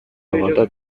талаада